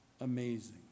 Amazing